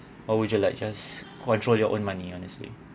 or would you like just control your own money honestly